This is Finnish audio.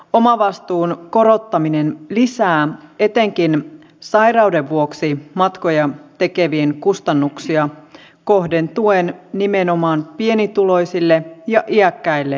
omavastuun korottaminen lisää etenkin sairauden vuoksi matkoja tekevien kustannuksia kohdentuen nimenomaan pienituloisille ja iäkkäille henkilöille